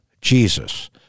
Jesus